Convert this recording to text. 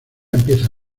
empieza